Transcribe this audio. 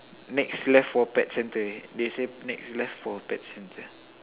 next left for pet centre they say next left for pet centre